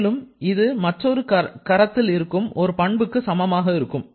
மேலும் இது மற்றொரு கரத்தில் இருக்கும் ஒரு பண்புக்கு சமமாக இருக்கும்